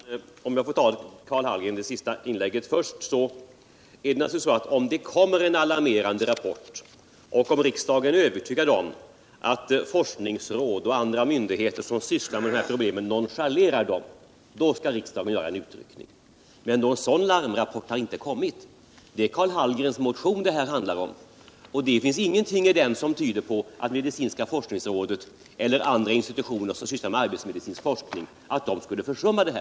Herr talman! Om jag får svara på det senaste inlägget av Karl Hallgren först. vill jag säga att om det kommer en alarmerande rapport och riksdagen blir övertygad om att forskningsråd och andra myndigheter som sysslar med sådana problem nonchalerar dessa människor, då skall riksdagen naturligtvis göra en utryckning. Men någon sådan larmrapport har inte kommit, utan det är bara Karl Hällgrens motion som det handlar om. I den finns det ingenting som tyder på att medicinska forskningsrådet eller andra institutioner som sysslar med arbetsmedicinsk forskning skulle försumma detta.